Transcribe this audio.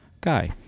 guy